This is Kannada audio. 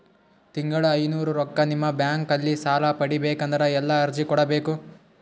ತಿಂಗಳ ಐನೂರು ರೊಕ್ಕ ನಿಮ್ಮ ಬ್ಯಾಂಕ್ ಅಲ್ಲಿ ಸಾಲ ಪಡಿಬೇಕಂದರ ಎಲ್ಲ ಅರ್ಜಿ ಕೊಡಬೇಕು?